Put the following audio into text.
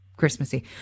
Christmassy